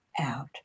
out